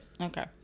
Okay